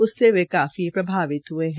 उससे वे काफी प्रभावित हये है